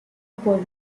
por